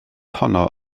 honno